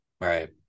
right